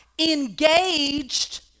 Engaged